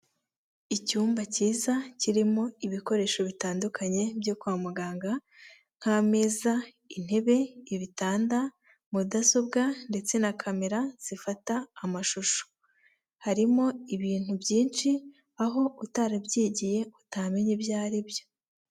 Icyumba cyiza kirimo ibikoresho bitandukanye byo kwa muganga nk'ameza intebe ibitanda mudasobwa ndetse na camera zifata amashusho, harimo ibintu byinshi aho utarabyigiye utamenya ibyo ari byo.